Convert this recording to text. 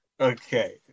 Okay